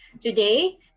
today